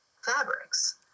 fabrics